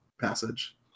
passage